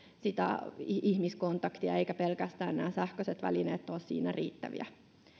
sitä ihmiskontaktia eivätkä pelkästään sähköiset välineet ole siinä riittäviä